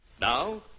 Now